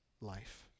life